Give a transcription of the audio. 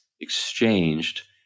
exchanged